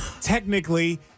technically